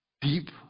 deep